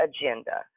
agenda